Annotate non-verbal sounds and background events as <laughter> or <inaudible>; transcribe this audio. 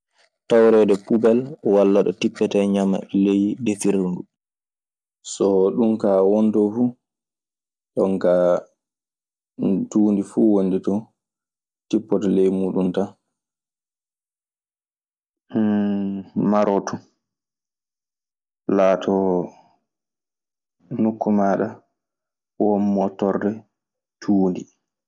Tawreede pubel walla ɗo tipetee ñama ley. So ɗun kaa won ton fuu, jon kaa tuundi fuu wondi ton tippoto ley muuɗun tan <hesitation> marooton. Laatoo nokku maaɗa won moottorɗe tuundi.